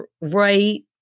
right